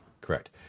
Correct